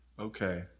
Okay